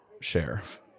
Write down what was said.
Sheriff